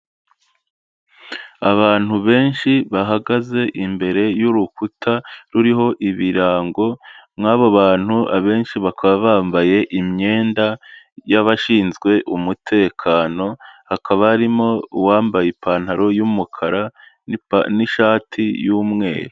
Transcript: Abantu benshi bahagaze imbere y'urukuta ruriho ibirango, muri abo bantu abenshi bakaba bambaye imyenda y'abashinzwe umutekano, hakaba harimo uwambaye ipantaro y'umukara n'ishati y'umweru.